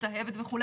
צהבת וכו',